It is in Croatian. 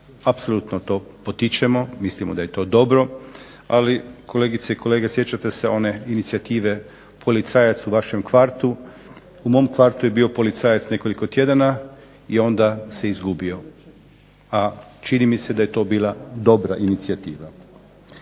Apsolutno to potičemo. Mislimo da je to dobro, ali kolegice i kolege sjećate se one inicijative policajac u vašem kvartu. U mom kvartu je bio policajac nekoliko tjedana i onda se izgubio, a čini mi se da je to bila dobra inicijativa.